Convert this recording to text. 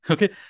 Okay